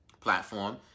platform